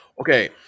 okay